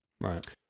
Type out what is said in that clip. right